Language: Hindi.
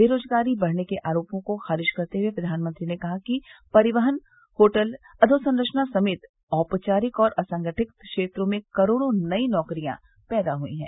बेरोजगारी बढ़ने के आरोपों को खारिज करते हए प्रधानमंत्री ने कहा कि परिवहन होटल अधोसंरचना समेत औपचारिक और असंगठित क्षेत्रों में करोड़ों नई नौकरियां पैदा हुई हैं